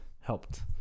helped